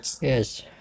Yes